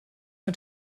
mit